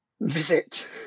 visit